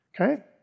Okay